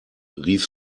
rief